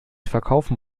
verkaufen